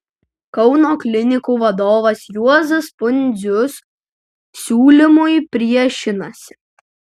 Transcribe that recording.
kauno klinikų vadovas juozas pundzius siūlymui priešinasi